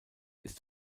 ist